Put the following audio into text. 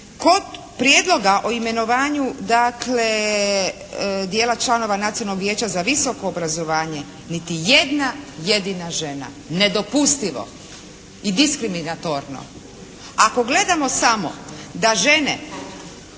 Kod prijedloga o imenovanju dakle dijela članova Nacionalnog vijeća za visoko obrazovanje niti jedna jedina žena, nedopustivo i diskriminatorno. Ako gledamo samo da žene